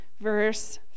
verse